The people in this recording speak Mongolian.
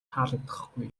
таалагдахгүй